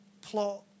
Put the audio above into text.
plot